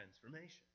transformation